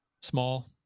Small